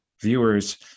viewers